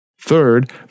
third